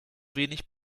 wenig